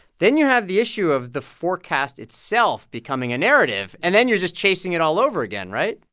then you have the issue of the forecast itself becoming a narrative. and then you're just chasing it all over again, right?